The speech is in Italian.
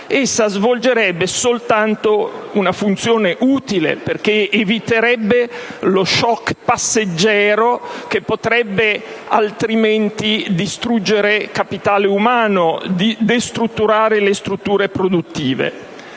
essa svolgerebbe soltanto una funzione utile, perché eviterebbe lo *shock* passeggero che potrebbe altrimenti distruggere capitale umano e destrutturare le strutture produttive.